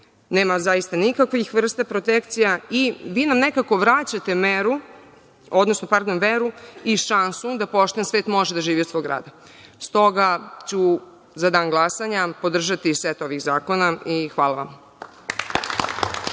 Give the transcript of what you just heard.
Nema zaista nikakvih vrsta protekcija i vi nam nekako vraćate veru i šansu da pošten svet može da živi od svog rada. Stoga ću u Danu za glasanje podržati set ovih zakona. Hvala vam.